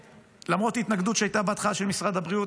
ולמרות התנגדות שהייתה בהתחלה של משרד הבריאות,